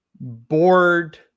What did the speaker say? bored